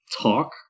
talk